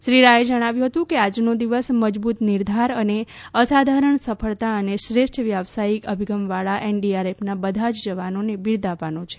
શ્રી રાયે જણાવ્યું હતું કે આજનો દિવસ મજબુત નિર્ધાર અને અસાધારણ સફળતા અને શ્રેષ્ઠ વ્યવસાયિક અભિગમવાળા એનડીઆરએફના બધા જ જવાનોને બિરદાવવાનો છે